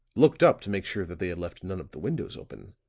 looked up to make sure that they had left none of the windows open,